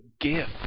gift